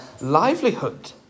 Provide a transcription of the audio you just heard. livelihood